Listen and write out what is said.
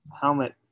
Helmet